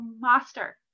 master